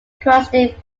characteristic